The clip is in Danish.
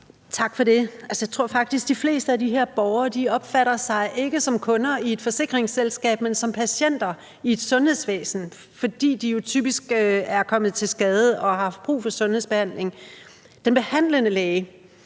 Tak for det. Jeg tror faktisk, de fleste af de her borgere ikke opfatter sig som kunder i et forsikringsselskab, men som patienter i et sundhedsvæsen, fordi de jo typisk er kommet til skade og har haft brug for sundhedsbehandling. Den behandlende læge